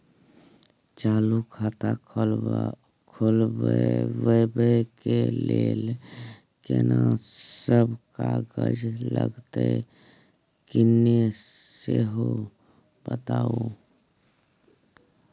चालू खाता खोलवैबे के लेल केना सब कागज लगतै किन्ने सेहो बताऊ?